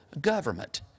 government